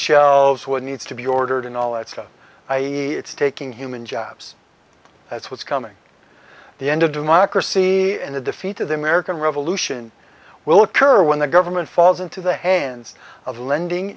shelves what needs to be ordered in all that stuff i e it's taking human jobs that's what's coming the end of democracy and the defeat of the american revolution will occur when the government falls into the hands of lending